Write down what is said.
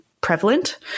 prevalent